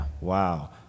Wow